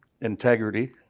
integrity